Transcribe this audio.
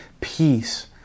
peace